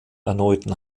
erneuten